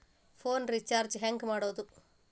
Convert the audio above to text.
Phone recharge ಹೆಂಗೆ ಮಾಡೋದು?